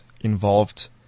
involved